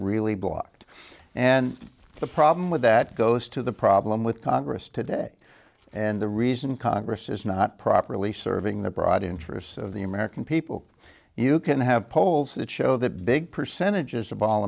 really blocked and the problem with that goes to the problem with congress today and the reason congress is not properly serving the broad interests of the american people you can have polls that show that big percentages of all